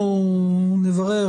אנחנו נברר,